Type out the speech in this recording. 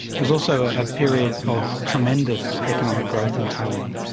it was also a period of tremendous economic growth in taiwan,